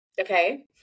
Okay